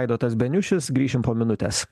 vaidotas beniušis grįšim po minutės